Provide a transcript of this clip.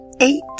eight